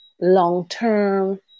long-term